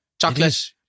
Chocolate